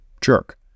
jerk